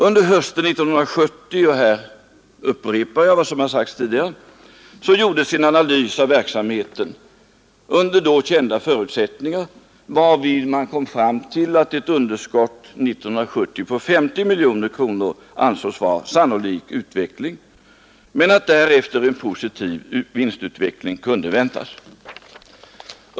Under hösten 1970 — och här upprepar jag vad som har sagts tidigare — gjordes en analys av verksamheten utifrån då kända förutsättningar, varvid ett underskott t.o.m. 1974 på 50 miljoner kronor ansågs vara en sannolik utveckling men att därefter en positiv utveckling kunde väntas.